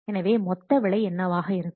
எனவே மொத்த விலை என்னவாக இருக்கும்